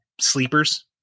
sleepers